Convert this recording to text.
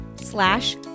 slash